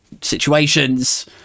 situations